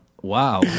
Wow